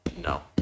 No